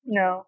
no